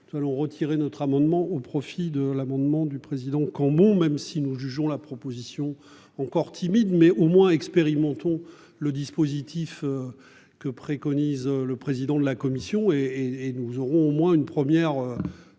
nous allons retirer notre amendement au profit de l'amendement du président quand bon même si nous jugeons la proposition encore timide mais au moins expérimentons le dispositif. Que préconise le président de la commission et et nous aurons au moins une première.